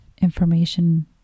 information